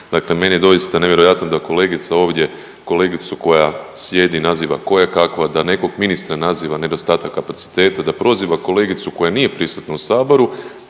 dakle meni je doista nevjerojatno da kolegica ovdje kolegicu koja sjedi naziva kojekakva, da nekog ministra naziva nedostatak kapaciteta, da proziva kolegicu koja nije prisutna u Saboru,